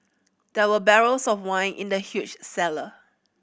there were barrels of wine in the huge cellar